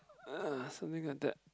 uh something like that